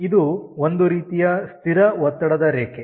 ಇದು ಒಂದು ರೀತಿಯ ಸ್ಥಿರ ಒತ್ತಡದ ರೇಖೆ